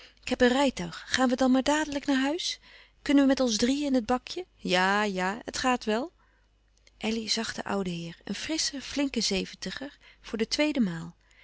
ik heb een rijtuig gaan we dan maar dadelijk naar huis kunnen we met ons drieën in het bakje ja ja het gaat wel elly zag den ouden heer een frisschen flinken zeventiger voor de tweede maal